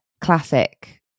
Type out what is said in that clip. classic